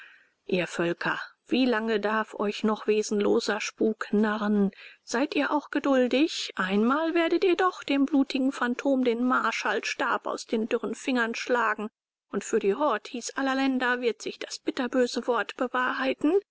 ihr völker wie lange darf euch noch wesenloser spuk narren seid ihr auch geduldig einmal werdet ihr doch dem blutigen phantom den marschallstab aus den dürren fingern schlagen und für die horthys aller länder wird sich das bitterböse wort bewahrheiten